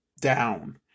down